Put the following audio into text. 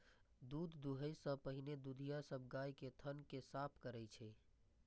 दूध दुहै सं पहिने दुधिया सब गाय के थन कें साफ करै छै